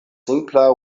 simpla